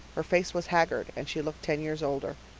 her face was haggard and she looked ten years older.